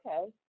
Okay